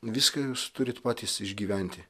viską jūs turit patys išgyventi